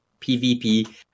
PvP